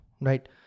right